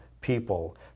people